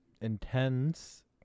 intense